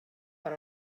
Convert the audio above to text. per